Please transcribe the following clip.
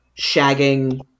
shagging